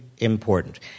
Important